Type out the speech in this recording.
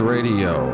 Radio